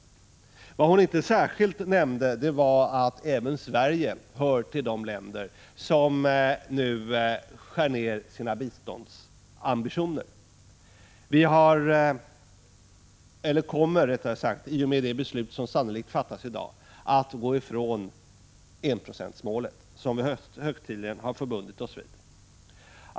Vad hon inte särskilt nämnde var att även Sverige hör till de länder som nu skär ner sina biståndsambitioner. I och med det beslut som sannolikt fattas i dag kommer vi att gå ifrån enprocentsmålet, som vi högtidligen har bundit oss vid.